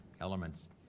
elements